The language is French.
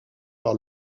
par